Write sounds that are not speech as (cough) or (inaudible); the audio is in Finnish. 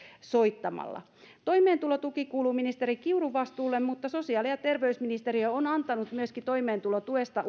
soittamalla toimeentulotuki kuuluu ministeri kiurun vastuulle mutta sosiaali ja terveysministeriö on antanut myöskin toimeentulotuesta (unintelligible)